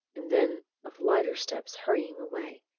and then of lighter steps hurrying away,